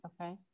Okay